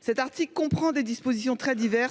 Cet article traite d'enjeux aussi divers